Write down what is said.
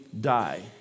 die